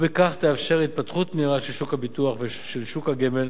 ובכך תאפשר התפתחות מהירה של שוק הביטוח ושל שוק הגמל